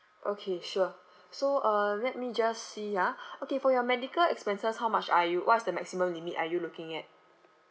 okay sure so um let me just see ah okay for your medical expenses how much are you what is the maximum limit are you looking at